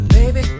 Baby